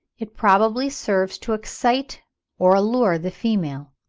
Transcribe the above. it probably serves to excite or allure the female.